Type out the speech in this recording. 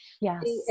Yes